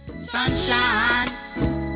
Sunshine